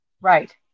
Right